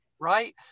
right